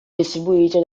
distribuito